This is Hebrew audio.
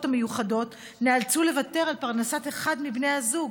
המיוחדות נאלצו לוותר על פרנסת אחד מבני הזוג,